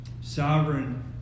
Sovereign